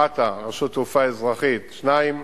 רת"א, רשות תעופה אזרחית, שניים.